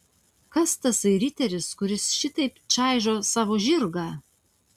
kas tasai riteris kuris šitaip čaižo savo žirgą